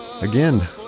again